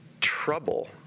trouble